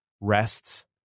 rests